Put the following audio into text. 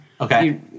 Okay